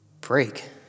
Break